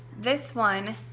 this one,